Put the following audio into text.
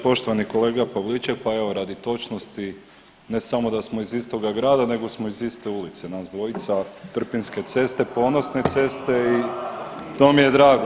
Poštovani kolega Pavliček pa evo radi točnosti ne samo da smo iz istoga grada nego smo iz iste ulice nas dvojica, Trpinjske ceste, ponosne ceste i to mi je drago.